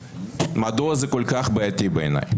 מדוע זה כל כך בעייתי בעיניי?